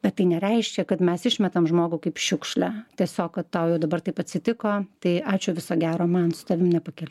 bet tai nereiškia kad mes išmetam žmogų kaip šiukšlę tiesiog kad tau jau dabar taip atsitiko tai ačiū viso gero man su tavimi nepakeliui